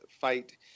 fight